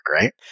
right